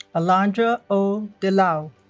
alondra o. delao